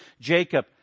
Jacob